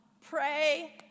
pray